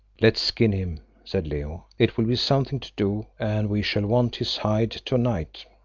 let's skin him, said leo, it will be something to do, and we shall want his hide to-night.